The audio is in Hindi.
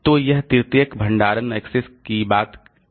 तो यह तृतीयक भंडारण एक्सेस कि बात बाकी है